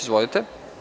Izvolite.